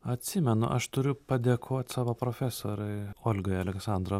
atsimenu aš turiu padėkot savo profesorei olgai aleksandro